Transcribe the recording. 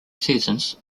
seasons